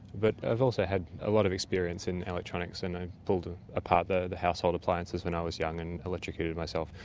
but i've also had a lot of experience in electronics and i pulled ah apart the the household appliances when i was young and electrocuted myself.